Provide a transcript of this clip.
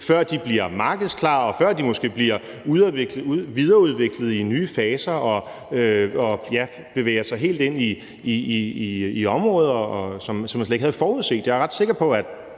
før de bliver markedsklar, og før de måske bliver videreudviklet i nye faser og, ja, bevæger sig helt ind i områder, som man slet ikke havde forudset. Jeg er ret sikker på,